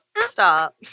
Stop